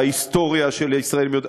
ההיסטוריה של הישראלים יוצאי אתיופיה,